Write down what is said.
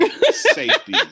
safety